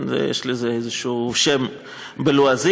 יש לזה איזה שם בלועזית,